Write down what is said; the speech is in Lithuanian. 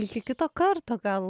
iki kito karto gal